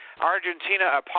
Argentina